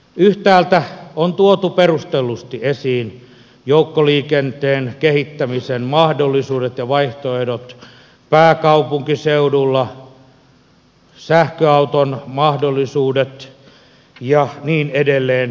yhtäältä on tuotu perustellusti esiin joukkoliikenteen kehittämisen mahdollisuudet ja vaihtoehdot pääkaupunkiseudulla sähköauton mahdollisuudet ja niin edelleen